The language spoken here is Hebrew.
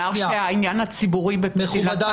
על ראיות חפציות ועל כל ראיה אחרת ולא מוגבל לנאשמים.